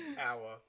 hour